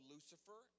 Lucifer